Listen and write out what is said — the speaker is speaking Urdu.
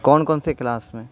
کون کون سے کلاس میں